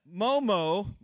Momo